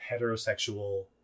heterosexual